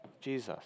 Jesus